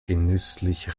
genüsslich